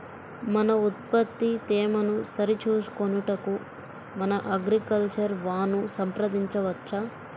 మన ఉత్పత్తి తేమను సరిచూచుకొనుటకు మన అగ్రికల్చర్ వా ను సంప్రదించవచ్చా?